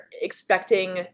expecting